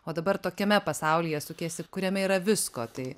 o dabar tokiame pasaulyje sukiesi kuriame yra visko tai